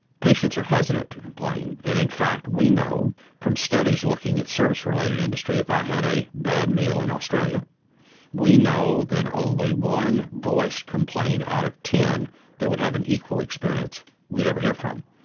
patients are hesitant to complain, and in fact we know from studies looking at service related industries, if i had a bad meal in australia we know that only one voiced complaint out of ten that would have an equal experience we'd ever hear from.